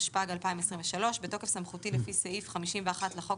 התשפ"ג-2023 בתוקף סמכותי לפי סעיף 51 לחוק